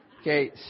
Okay